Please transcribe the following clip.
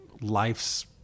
life's